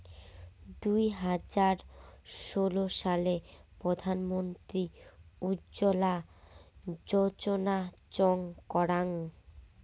দুই হাজার ষোলো সালে প্রধান মন্ত্রী উজ্জলা যোজনা চং করাঙ